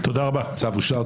הצבעה אושר.